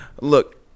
look